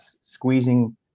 squeezing